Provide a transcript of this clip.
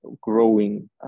growing